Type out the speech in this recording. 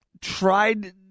tried